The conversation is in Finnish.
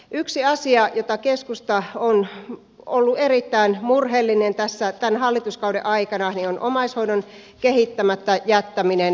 yksi asia josta keskusta on ollut erittäin murheellinen tämän hallituskauden aikana on omaishoidon kehittämättä jättäminen